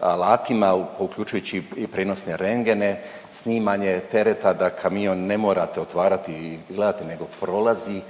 alatima, uključujući i prijenosne rendgene, snimanje tereta da kamion ne morate otvarati nego prolazi,